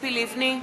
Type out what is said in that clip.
ציפי לבני,